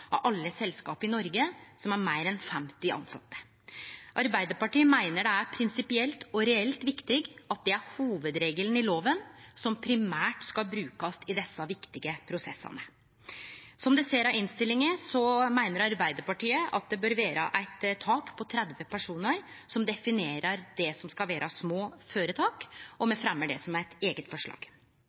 av alle selskap i Noreg som har meir enn 50 tilsette. Arbeidarpartiet meiner det er prinsipielt og reelt viktig at det er hovudregelen i loven som primært skal brukast i desse viktige prosessane. Som ein ser av innstillinga, meiner Arbeidarpartiet at det bør vere eit tak på 30 personar som definerer det som skal vere små føretak, og me fremjar det som eit eige forslag.